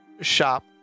shop